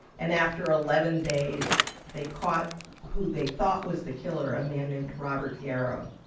and after eleven days, they caught who they thought was the killer, a man named robert garrow.